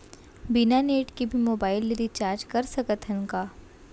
बिना नेट के भी मोबाइल ले रिचार्ज कर सकत हन का?